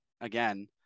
again